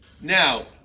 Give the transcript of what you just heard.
Now